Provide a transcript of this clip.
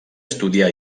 estudià